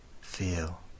feel